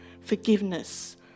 forgiveness